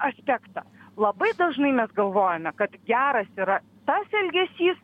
aspektą labai dažnai mes galvojame kad geras yra tas elgesys